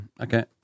Okay